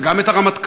וגם את הרמטכ"ל,